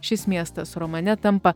šis miestas romane tampa